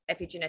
epigenetic